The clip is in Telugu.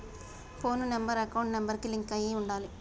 పోను నెంబర్ అకౌంట్ నెంబర్ కి లింక్ అయ్యి ఉండాలే